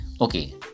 okay